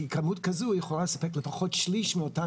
כי כמות כזו יכולה לספק לפחות שליש מאותם